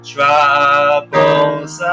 Troubles